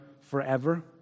forever